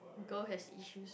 girl has issue